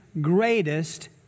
greatest